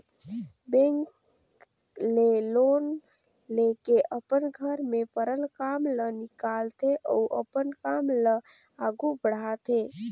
bank ले loan लेके अपन घर में परल काम ल निकालथे अउ अपन काम ल आघु बढ़ाथे